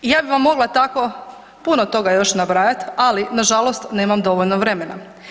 I ja bih vam mogla tako puno toga još nabrajat, ali nažalost nemam dovoljno vremena.